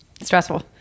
Stressful